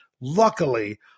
luckily